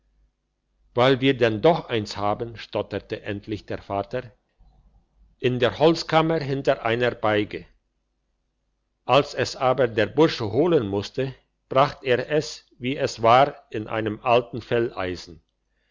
weil wir denn doch eins haben stotterte endlich der vater in der holzkammer hinter einer beige als es aber der bursche holen musste bracht er es wie es war in einem alten felleisen